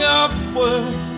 upward